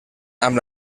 amb